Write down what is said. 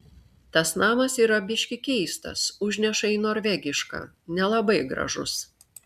tas namas yra biški keistas užneša į norvegišką nelabai gražus